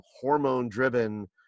hormone-driven